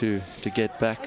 to to get back